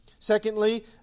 Secondly